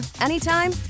anytime